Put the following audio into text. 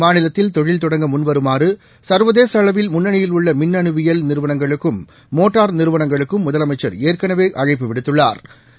மாநிலத்தில் தொழில் தொடங்க முன்வருமாறு சள்வதேச அளவில் முன்னணியில் உள்ள மின்னுவியல் நிறுவனங்களுக்கும் மோட்டார் நிறுவனங்களுக்கும் முதலமைச்சர் ஏற்கனவே அழைப்பு விடுத்துள்ளா்